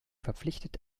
verpflichtet